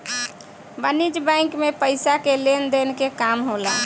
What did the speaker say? वाणिज्यक बैंक मे पइसा के लेन देन के काम होला